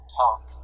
talk